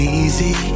easy